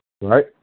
right